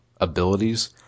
abilities